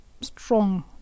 strong